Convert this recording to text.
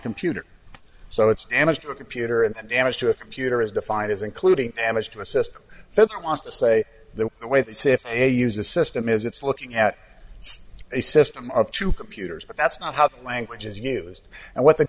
computer so it's damage to a computer and damage to a computer is defined as including damage to a system if it wants to say that the way they see if they use this system is it's looking at a system of two computers but that's not how the language is used and what the